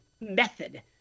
method